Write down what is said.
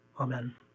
Amen